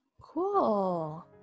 Cool